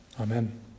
Amen